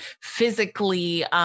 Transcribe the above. physically